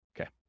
Okay